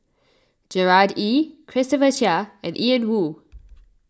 Gerard Ee Christopher Chia and Ian Woo